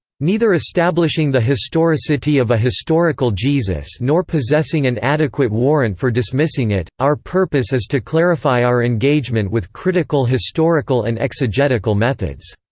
neither establishing the historicity of a historical jesus nor possessing an adequate warrant for dismissing it, our purpose is to clarify our engagement with critical historical and exegetical methods.